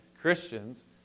Christians